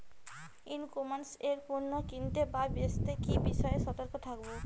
ই commerce এ পণ্য কিনতে বা বেচতে কি বিষয়ে সতর্ক থাকব?